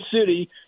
city